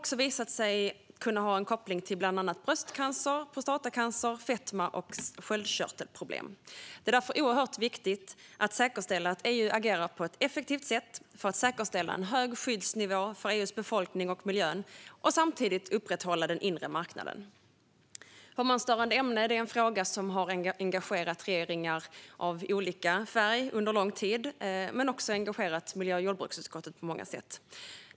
Det har visat sig att de kan ha en koppling till bland annat bröstcancer, prostatacancer, fetma och sköldkörtelproblem. Det är därför oerhört viktigt att säkerställa att EU agerar på ett effektivt sätt för att säkerställa en hög skyddsnivå för EU:s befolkning och miljön och samtidigt upprätthålla den inre marknaden. Hormonstörande ämnen är en fråga som under lång tid har engagerat regeringar av olika färg. De har också engagerat miljö och jordbruksutskottet på många sätt.